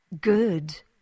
Good